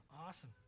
awesome